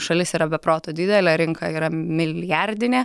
šalis yra be proto didelė rinka yra milijardinė